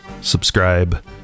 subscribe